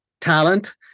talent